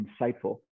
insightful